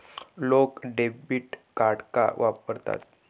लोक debit card का वापरतात?